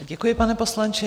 Děkuji, pane poslanče.